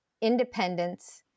Independence